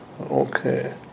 Okay